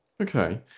Okay